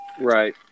right